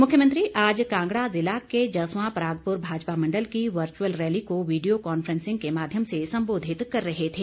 मुख्यमंत्री आज कांगड़ा जिला के जसवां परागपुर भाजपा मण्डल की वर्च्अल रैली को वीडियो कांफ्रेंसिंग के माध्यम से सम्बोधित कर रहे थे